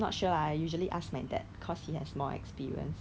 no value shop 有很多奇怪的东西 lah